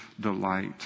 delight